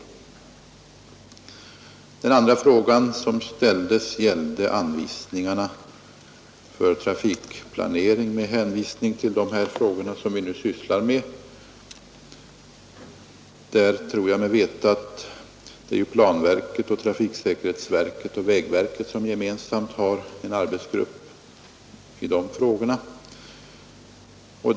aktualiserade Den andra frågan som ställdes gällde anvisningarna för trafikplanering taxehöjningar med hänvisning till de uppgifter som vi nu sysslar med; planverket, trafiksäkerhetsverket och vägverket har gemensamt en arbetsgrupp för det ändamålet.